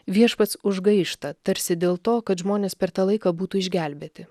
viešpats užgaišta tarsi dėl to kad žmonės per tą laiką būtų išgelbėti